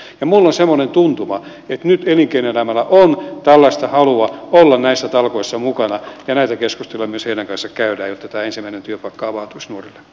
ja minulla on semmoinen tuntuma että nyt elinkeinoelämällä on tällaista halua olla näissä talkoissa mukana ja näitä keskusteluja myös heidän kanssaan käydään jotta tämä ensimmäinen työpaikka avautuisi nuorille